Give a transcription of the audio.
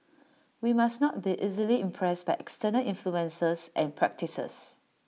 we must not be easily impressed by external influences and practices